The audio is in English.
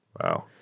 Wow